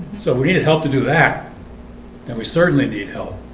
so we needed help to do that and we certainly need help